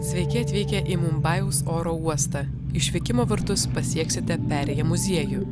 sveiki atvykę į mumbajaus oro uostą išvykimo vartus pasieksite perėję muziejų